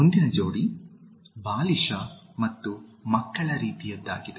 ಮುಂದಿನ ಜೋಡಿ ಬಾಲಿಶ ಮತ್ತು ಮಕ್ಕಳ ರೀತಿಯದ್ದಾಗಿದೆ